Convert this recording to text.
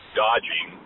dodging